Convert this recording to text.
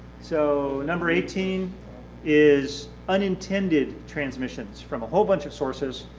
so number eighteen is unintended transmissions from a whole bunch of sources.